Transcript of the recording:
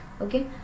Okay